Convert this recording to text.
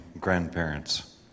grandparents